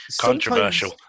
controversial